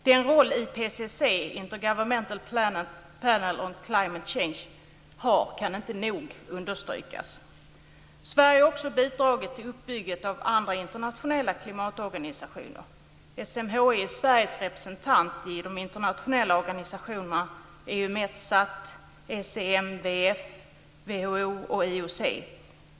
Den roll som IPCC, Intergovernmental Panel on Climate Change, har kan inte nog understrykas. Sverige har också bidragit till uppbyggandet av andra internationella klimatorganisationer. SMHI är Sveriges representant i de internationella organisationerna Eumetsat, ECMWF, WHO och IOC.